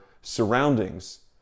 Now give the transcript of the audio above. surroundings